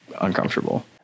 uncomfortable